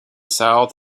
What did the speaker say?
south